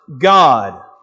God